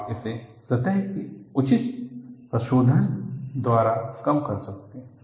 आप इसे सतह की उचित प्रशोधन द्वारा कम कर सकते हैं